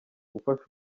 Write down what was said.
gufasha